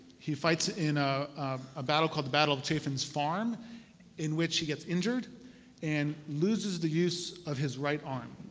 he fights in a ah battle called the battle of chaffin's farm in which he gets injured and loses the use of his right arm.